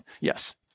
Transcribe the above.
Yes